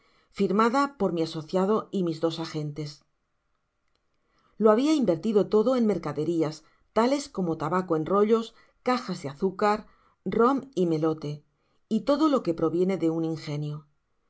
firmada por mi asociado y mis dos ageates lo habia invertido todo en mercaderias tales como tabaco en rollos cajas de azúcar rom y mete y todo lo que proviene de un ingenio